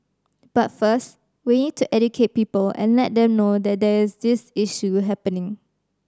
but first we need to educate people and let them know that there is this issue happening